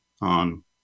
on